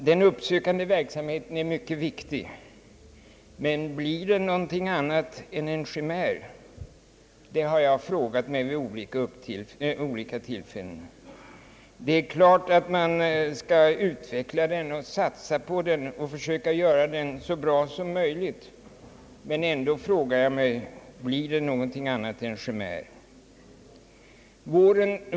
Den uppsökande verksamheten är mycket viktig — men blir den någonting annat än en chimär? Det har jag frågat mig åtskilliga gånger. Naturligtvis skall man utveckla den, satsa på den och försöka göra den så bra som möjligt, men ändå frågar jag mig: Blir den någonting annat än en chimär?